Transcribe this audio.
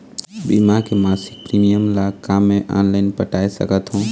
बीमा के मासिक प्रीमियम ला का मैं ऑनलाइन पटाए सकत हो?